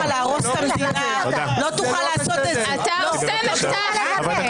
להעביר פה במחטף את החוקים שלך.